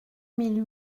mille